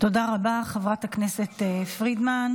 תודה רבה, חברת הכנסת פרידמן.